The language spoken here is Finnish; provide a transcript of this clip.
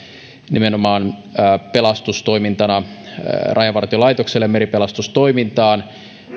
nimenomaan pelastustoimintana rajavartiolaitokselle meripelastustoimintaan